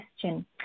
question